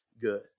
good